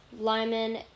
Lyman